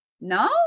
No